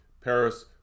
Paris